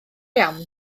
iawn